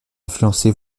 influencé